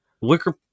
Wicker